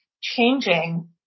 changing